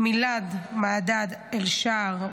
מילאד מעדאד שאער,